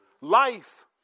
Life